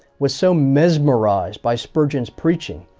was so mesmerized by spurgeon's preaching,